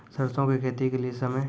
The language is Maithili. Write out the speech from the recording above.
सरसों की खेती के लिए समय?